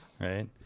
right